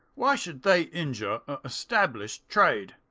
why should they injure a established trade?